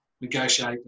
Negotiate